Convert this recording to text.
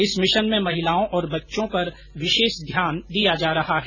इस भिशन में महिलाओं और बच्चों पर विशेष ध्यान दिया जा रहा है